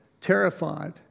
terrified